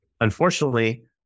Unfortunately